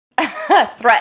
threat